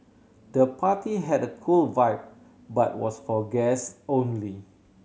the party had a cool vibe but was for guests only